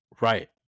Right